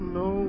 no